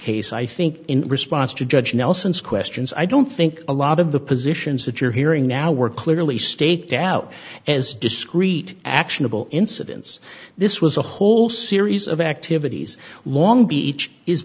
case i think in response to judge nelson's questions i don't think a lot of the positions that you're hearing now were clearly state out as discrete actionable incidents this was a whole series of activities long beach is